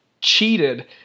cheated